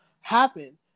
happen